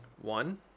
One